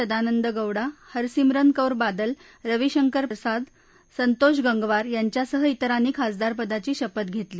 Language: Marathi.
सदानद गोडा हरसिम्रन कौर बादल रवी शंकर प्रसार संतोष गंगवार यांच्यासह बिरांनी खासदरपदाची शपथ घेतली